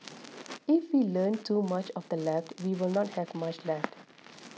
if we learn too much of the left we will not have much left